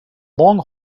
long